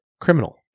criminal